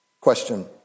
question